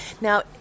Now